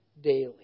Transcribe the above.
daily